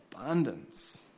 abundance